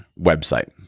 website